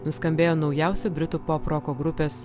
nuskambėjo naujausių britų poproko grupės